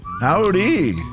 Howdy